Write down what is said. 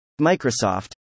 Microsoft